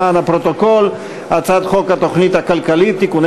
למען הפרוטוקול: הצעת חוק התוכנית הכלכלית (תיקוני